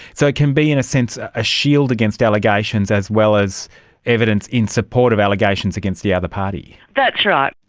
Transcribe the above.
so it can be in a sense a shield against allegations as well as evidence in support of allegations against the other party. that's right.